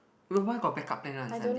why got backup plan one suddenly